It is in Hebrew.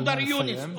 מודר יונס,